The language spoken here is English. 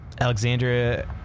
Alexandria